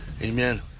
Amen